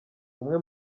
umwe